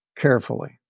carefully